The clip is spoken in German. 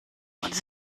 uns